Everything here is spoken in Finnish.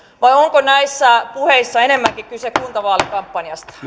vai onko näissä puheissa enemmänkin kyse kuntavaalikampanjasta